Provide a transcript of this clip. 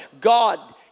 God